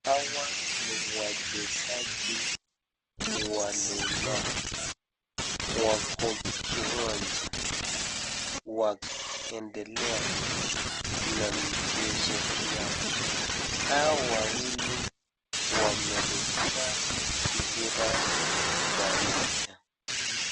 Hawa ni wachezaji walemavu. Wako kiwanja wakiendelea na mchezo yao. Hao wawili wamerukia mpira pamoja.